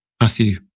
matthew